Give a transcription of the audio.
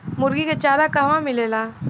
मुर्गी के चारा कहवा मिलेला?